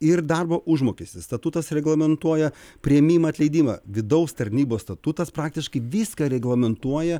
ir darbo užmokestį statutas reglamentuoja priėmimą atleidimą vidaus tarnybos statutas praktiškai viską reglamentuoja